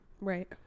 Right